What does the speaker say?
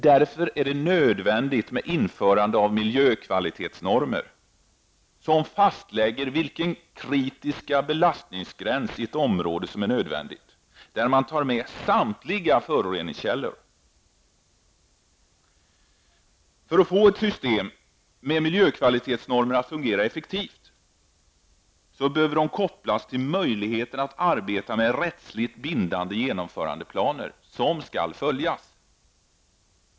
Det är därför nödvändigt att införa miljökvalitetsnormer, som fastlägger den kritiska belastningsgränsen i ett område och tar med samtliga föroreningskällor. För att få ett system med miljökvalitetsnormer att fungera effektivt behöver de kopplas till en möjlighet att arbeta med rättsligt bindande genomförandeplaner -- planer som skall följas.